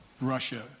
Russia